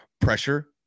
pressure